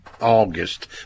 August